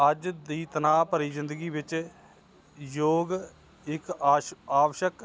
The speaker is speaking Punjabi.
ਅੱਜ ਦੀ ਤਨਾਅ ਭਰੀ ਜ਼ਿੰਦਗੀ ਵਿੱਚ ਯੋਗ ਇੱਕ ਆਸ਼ ਆਵਸ਼ਕ